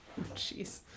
Jeez